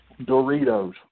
Doritos